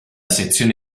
sezione